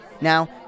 Now